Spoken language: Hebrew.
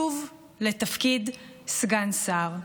לתפקיד סגן שר,